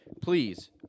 please